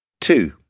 Two